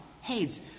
heads